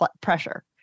pressure